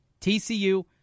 TCU